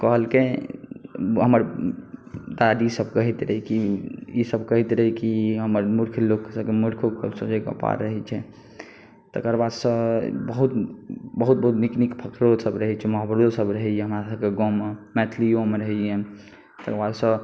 तऽ कहलकै हमर दादीसब कहैत रहै कि ई सब कहैत रहै कि हमर मूर्ख लोकसॅं मूर्खो सोझे कपार रहै छै तकर बादसॅं बहुत बहुत बहुत नीक नीक फकरो सब रहै छै मोहावरो सब रहैया हमरा सबके गाँममे मैथिलियो मे रहैया तकर बादसॅं